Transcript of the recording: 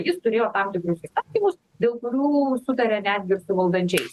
jis turėjo tam tikrus įstatymus dėl kurių sutarė netgi ir valdančiais